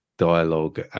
Dialogue